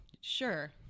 Sure